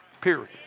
period